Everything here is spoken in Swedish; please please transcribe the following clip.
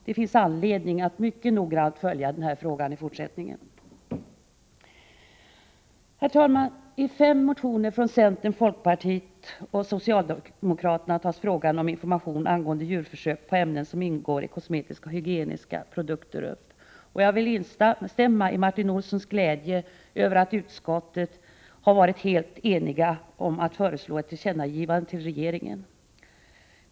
Det finns anledning att mycket noggrant följa denna fråga i fortsättningen. Herr talman! I fem motioner från centern, folkpartiet och socialdemokraterna tas frågan om information angående djurförsök på ämnen som ingår i kosmetiska och hygieniska produkter upp. Jag vill instämma i Martin Olssons glädje över att utskottet har varit helt enigt om att föreslå ett tillkännagivande till regeringen.